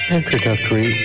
Introductory